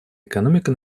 экономика